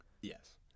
Yes